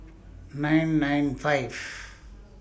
nine nine five